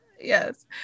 yes